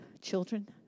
children